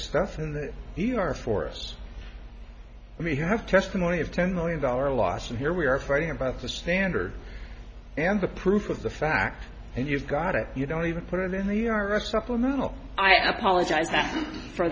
stuff in the e r for us we have testimony of ten million dollar loss and here we are fighting about the standard and the proof of the fact and you've got it you don't even put it in the i r s supplemental i apologize for